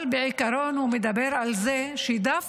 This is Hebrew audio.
אבל בעיקרון הוא מדבר על זה שדווקא